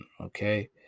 okay